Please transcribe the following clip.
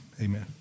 Amen